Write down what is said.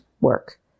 work